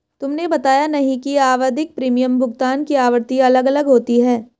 तुमने बताया नहीं कि आवधिक प्रीमियम भुगतान की आवृत्ति अलग अलग होती है